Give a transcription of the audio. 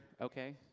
Okay